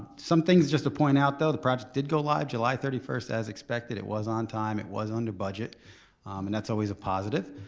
some things just to point out though the project did go live july thirty first as expected. it was on time, it was under budget and that's always a positive.